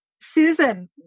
Susan